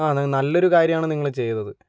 ആണ് നല്ലൊരു കാര്യമാണ് നിങ്ങൾ ചെയ്തത്